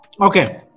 Okay